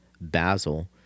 Basil